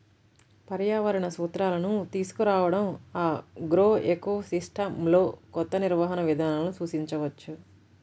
పర్యావరణ సూత్రాలను తీసుకురావడంఆగ్రోఎకోసిస్టమ్లోకొత్త నిర్వహణ విధానాలను సూచించవచ్చు